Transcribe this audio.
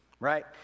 Right